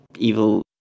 evil